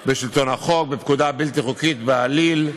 בשלטון החוק ובפקודה בלתי חוקית בעליל,